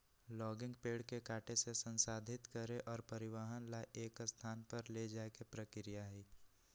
logging पेड़ के काटे से, संसाधित करे और परिवहन ला एक स्थान पर ले जाये के प्रक्रिया हई